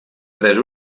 tres